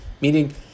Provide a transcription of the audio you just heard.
Meaning